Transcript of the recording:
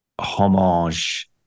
homage